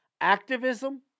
activism